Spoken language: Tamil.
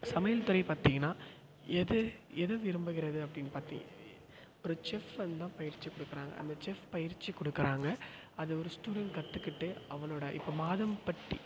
சமையல் துறை பார்த்தீங்கன்னா எது எது விரும்புகிறது அப்படின்னு பாத்தீங்க ஒரு செஃப் வந்து தான் பயிற்சி கொடுக்கறாங்க அந்த செஃப் பயிற்சி கொடுக்கறாங்க அதை ஒரு ஸ்டூடண்ட் கற்றுக்கிட்டு அவரோட இப்போ மாதம்பட்டி